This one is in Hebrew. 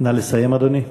נא לסיים, אדוני.